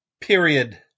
period